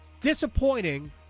Disappointing